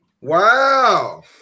Wow